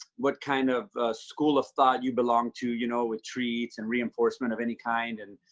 what kind of school of thought you belong to, you know, retreats and reinforcement of any kind. and,